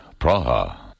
Praha